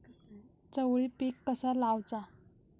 चवळी पीक कसा लावचा?